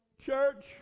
Church